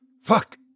Fuck